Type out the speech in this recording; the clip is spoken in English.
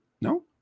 No